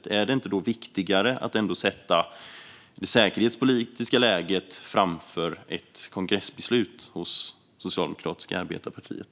Är det då inte viktigare att ändå sätta det säkerhetspolitiska läget framför ett kongressbeslut hos det socialdemokratiska arbetarepartiet?